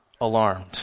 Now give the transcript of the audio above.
alarmed